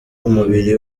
umubiri